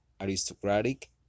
aristocratic